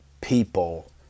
people